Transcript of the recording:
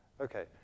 okay